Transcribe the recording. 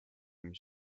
mis